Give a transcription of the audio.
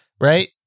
right